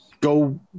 go